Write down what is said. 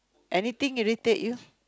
anything irritate you